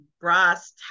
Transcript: brass